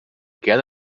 gerne